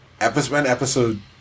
episode